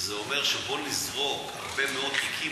זה אומר: בואו נזרוק הרבה מאוד תיקים,